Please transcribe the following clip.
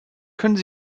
können